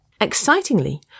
Excitingly